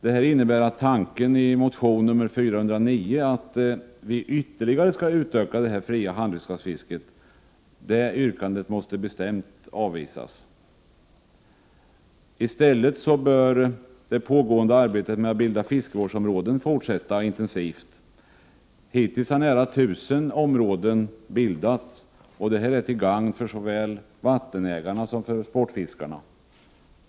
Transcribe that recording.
Det innebär att yrkandet i motion 409, att vi ytterligare skall utöka det fria handredskapsfisket, bestämt måste avvisas. I stället bör det pågående arbetet med att bilda fiskevårdsområden fortsätta intensivt. Hittills har nära 1 000 områden bildats, och:detta är till gagn för såväl vattenägare som sportfiskare.